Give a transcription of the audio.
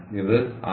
ഇത് 6